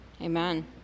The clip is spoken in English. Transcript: Amen